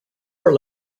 are